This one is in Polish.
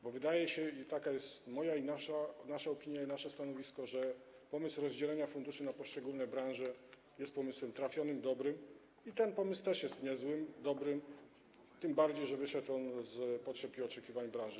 Bo wydaje się, taka jest moja opinia i nasze stanowisko, że pomysł rozdzielenia funduszy na poszczególne branże jest pomysłem trafionym, dobrym, i ten pomysł też jest niezły, dobry, tym bardziej że wynikł z potrzeb i oczekiwań branży.